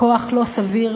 כוח לא סביר,